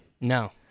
No